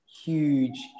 huge